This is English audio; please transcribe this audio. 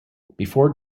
before